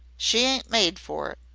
she ain't made for